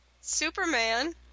superman